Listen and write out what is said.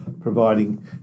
providing